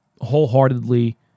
wholeheartedly